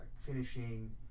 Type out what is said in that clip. finishing